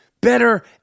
better